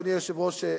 אדוני היושב-ראש,